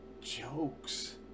jokes